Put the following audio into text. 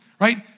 right